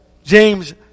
James